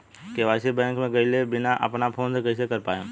KYC bank मे गएले बिना अपना फोन से कइसे कर पाएम?